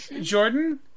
Jordan